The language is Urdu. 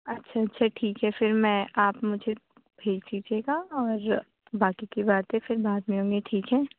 اچھا اچھا ٹھیک ہے پھر میں آپ مجھے بھیج دیجیے گا اور باقی کی باتیں پھر بعد میں ہوں گی ٹھیک ہے